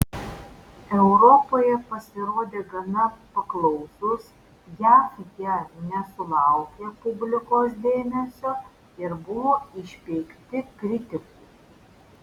europoje pasirodė gana paklausūs jav jie nesulaukė publikos dėmesio ir buvo išpeikti kritikų